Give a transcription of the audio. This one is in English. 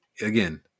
again